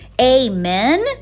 Amen